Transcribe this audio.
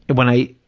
when i,